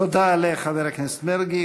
תודה לחבר הכנסת מרגי.